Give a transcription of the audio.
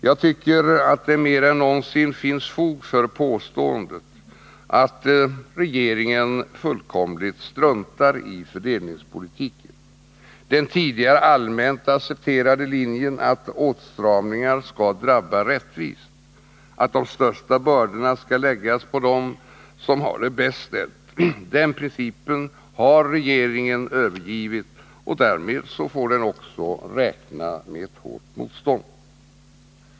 Jag tycker att det mer än någonsin finns fog för påståendet att regeringen fullkomligt struntar i fördelningspolitiken. Den tidigare allmänt accepterade linjen att åstramningar skall drabba rättvist, att de största bördorna skall läggas på dem som har det bäst ställt, den principen har regeringen övergivit, och därmed får den också räkna med ett hårt motstånd.